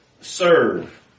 serve